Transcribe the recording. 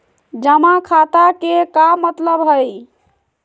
जमा खाता के का मतलब हई?